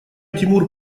тимур